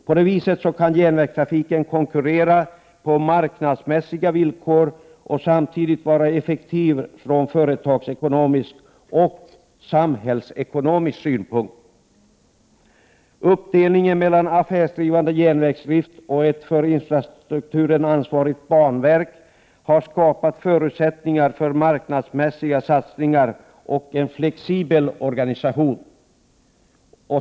På det viset kan järnvägstrafiken konkurrera på marknadsmässiga villkor, samtidigt som den är effektiv från både företagsekonomisk och samhällsekonomisk synpunkt. Uppdelningen mellan en affärsdrivande järnvägsdrift och ett för infrastrukturen ansvarigt banverk har skapat förutsättningar för marknadsmässiga satsningar och en flexibel organisation.